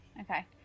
okay